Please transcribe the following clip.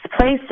place